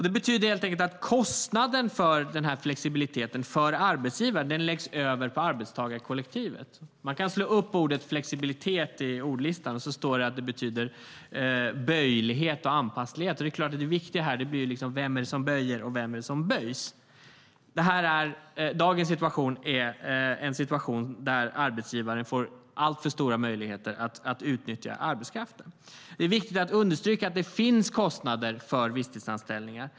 Det betyder helt enkelt att kostnaden för flexibiliteten för arbetsgivaren läggs över på arbetstagarkollektivet. Man kan slå upp ordet flexibilitet i ordlistan. Det står att det betyder böjlighet och anpasslighet. Det viktiga här är: Vem är det som böjer, och vem är det som böjs? Dagens situation är en situation där arbetsgivaren får alltför stora möjligheter att utnyttja arbetskraften. Det är viktigt att understryka att det finns kostnader för visstidsanställningar.